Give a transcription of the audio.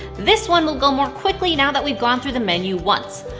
this one will go more quickly now that we've gone through the menu once.